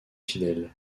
fidèles